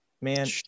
Man